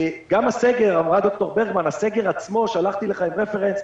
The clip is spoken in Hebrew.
אמרה ד"ר ברגמן שלחתי להם רפרנס,